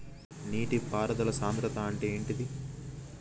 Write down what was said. నీటి పారుదల సంద్రతా అంటే ఏంటిది?